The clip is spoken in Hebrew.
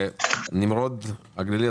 נמרוד הגלילי,